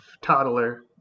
toddler